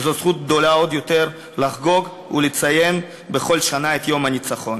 וזאת זכות גדולה עוד יותר לחגוג ולציין בכל שנה את יום הניצחון.